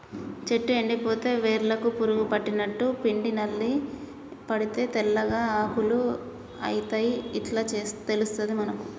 చెట్టు ఎండిపోతే వేర్లకు పురుగు పట్టినట్టు, పిండి నల్లి పడితే తెల్లగా ఆకులు అయితయ్ ఇట్లా తెలుస్తది మనకు